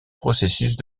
processus